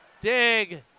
dig